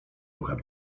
ruchem